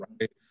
right